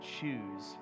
choose